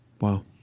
Wow